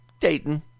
Dayton